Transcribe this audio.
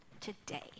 today